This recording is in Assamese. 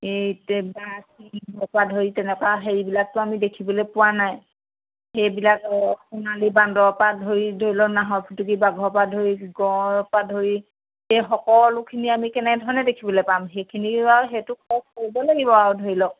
এই ধৰি তেনেকুৱা হেৰিবিলাকতো আমি দেখিবলৈ পোৱা নাই সেইবিলাক সোণালী বান্দৰৰ পৰা ধৰি ধৰি লওক নাহৰফুটুকী বাঘৰ পৰা ধৰি গঁড়ৰ পৰা ধৰি এই সকলোখিনি আমি কেনেধৰণে দেখিবলৈ পাম সেইখিনিও আৰু সেইটো খৰচ কৰিব লাগিব আৰু ধৰি লওক